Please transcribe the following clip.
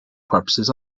purposes